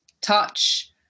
touch